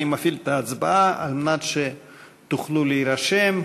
אני מפעיל את ההצבעה כדי שתוכלו להירשם.